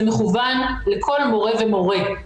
זה מכוון לכל מורה ומורה.